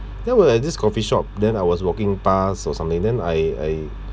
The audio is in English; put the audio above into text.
then I was at this coffee shop then I was walking past or something then I I